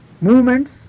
movements